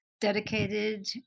dedicated